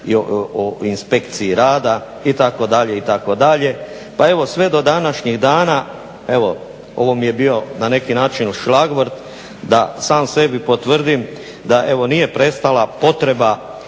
o inspekciji rada itd., itd. Pa evo sve do današnjih dana, evo ovo mi je bio na neki način šlagvort da sam sebi potvrdim da nije prestala potreba